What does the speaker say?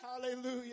Hallelujah